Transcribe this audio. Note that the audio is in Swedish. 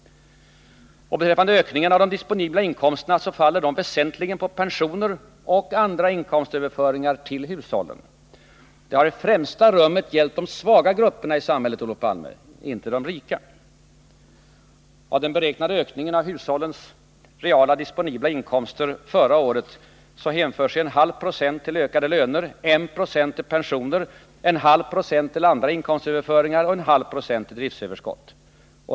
Vad beträffar ökningen av de disponibla inkomsterna faller den väsentli gen på pensioner och andra inkomstöverföringar till hushållen. Det har i främsta rummet gällt de svaga grupperna i samhället, Olof Palme — inte de rika. Av den beräknade ökningen av hushållens reala disponibla inkomster förra året hänför sig 0,5 2 till ökade löner, 1 9 till pensioner, 0,5 9 till andra inkomstöverföringar och 0,5 4 till driftöverskott.